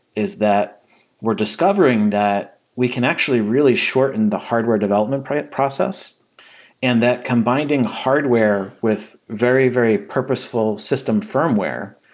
is that we're discovering that we can actually really shorten the hardware development process and that combining hardware with very, very purposeful system firmware,